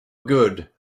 good